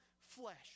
flesh